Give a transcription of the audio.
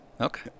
Okay